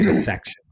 section